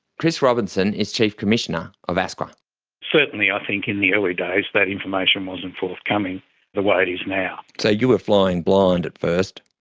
chris robinson is chief commissioner of asqa. certainly i think in the early days that information wasn't forthcoming the way it is now. so you were flying blind at first?